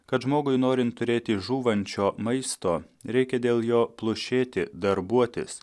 kad žmogui norint turėti žūvančio maisto reikia dėl jo plušėti darbuotis